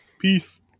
Peace